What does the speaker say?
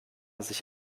sich